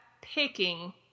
picking